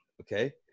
okay